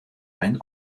einen